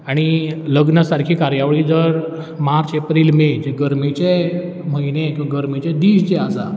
आनी लग्न सारकी कार्यावळी जर मार्च एप्रील मे गरमेचे म्हयने किंवा गरमेचे दीस जे आसा